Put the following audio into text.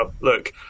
look